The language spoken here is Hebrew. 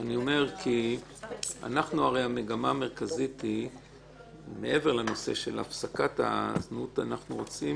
הרי המגמה מרכזית מעבר לנושא של הפסקת הזנות אנחנו רוצים